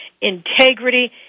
integrity